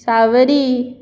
सावरी